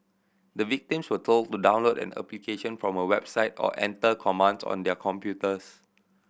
the victims were told to download an application from a website or enter commands on their computers